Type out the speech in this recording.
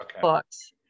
books